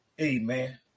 amen